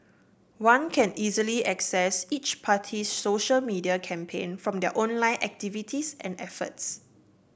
one can easily assess each party's social media campaign from their online activities and efforts